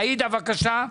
עאידה, בבקשה.